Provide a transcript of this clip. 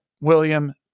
William